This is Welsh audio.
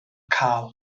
cael